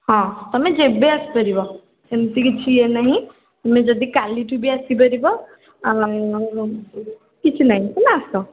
ହଁ ତୁମେ ଯେବେ ଆସିପାରିବ ଏମିତି କିଛି ଇଏ ନାହିଁ ତୁମେ ଯଦି କାଲିଠୁ ଆସିପାରିବ କିଛି ନାହିଁ ତୁମେ ଆସ